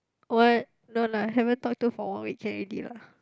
what no lah haven't talked to for one weekend already lah